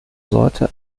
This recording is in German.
sorte